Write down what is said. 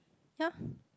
ya